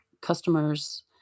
customers